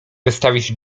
wystawić